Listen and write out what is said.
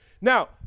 Now